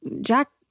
Jack